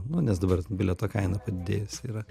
nu nes dabar bilieto kaina padidėjusi yra